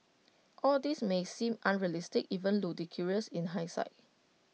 all this may seem unrealistic even ludicrous in hindsight